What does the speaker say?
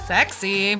Sexy